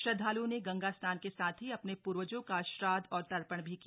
श्रद्धाल्ओं ने गंगा स्नान के साथ ही अपने पूर्वजों का श्राद्ध और तर्पण भी किया